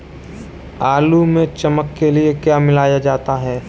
आलू में चमक के लिए क्या मिलाया जाता है?